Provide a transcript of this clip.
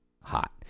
hot